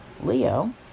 leo